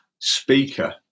speaker